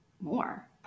more